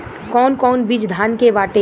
कौन कौन बिज धान के बाटे?